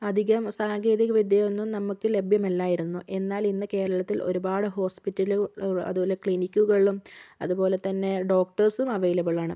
അധികം സാങ്കേതിക വിദ്യ ഒന്നും നമുക്ക് ലഭ്യമല്ലായിരുന്നു എന്നാൽ ഇന്ന് കേരളത്തിൽ ഒരുപാട് ഹോസ്പിറ്റൽ അതുപോലെ ക്ലിനിക്കുകളിലും അതുപോലെത്തന്നെ ഡോക്ടർസും അവൈലബിൾ ആണ്